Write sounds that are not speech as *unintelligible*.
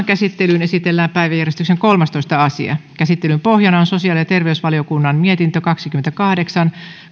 *unintelligible* käsittelyyn esitellään päiväjärjestyksen kolmastoista asia käsittelyn pohjana on sosiaali ja terveysvaliokunnan mietintö kaksikymmentäkahdeksan